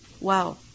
Wow